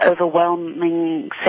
overwhelming